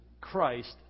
Christ